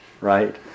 Right